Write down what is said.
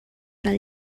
del